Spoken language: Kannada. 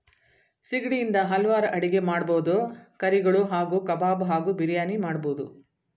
ಸಿಗಡಿ ಇಂದ ಹಲ್ವಾರ್ ಅಡಿಗೆ ಮಾಡ್ಬೋದು ಕರಿಗಳು ಹಾಗೂ ಕಬಾಬ್ ಹಾಗೂ ಬಿರಿಯಾನಿ ಮಾಡ್ಬೋದು